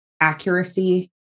accuracy